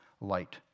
light